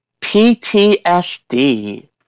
PTSD